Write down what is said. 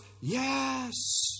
Yes